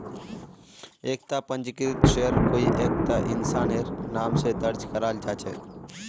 एकता पंजीकृत शेयर कोई एकता इंसानेर नाम स दर्ज कराल जा छेक